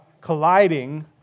colliding